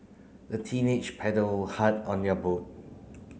the teenage paddled hard on their boat